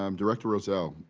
um director rozell,